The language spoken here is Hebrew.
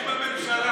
אם יש בעיה,